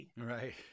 Right